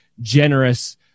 generous